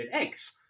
eggs